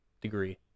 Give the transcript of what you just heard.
degree